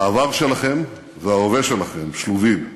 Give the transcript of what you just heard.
העבר שלכם וההווה שלכם שלובים,